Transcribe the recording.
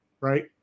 right